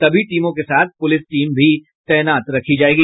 सभी टीमों के साथ पुलिस टीम तैनात रखी जायेगी